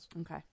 Okay